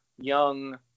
young